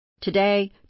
Today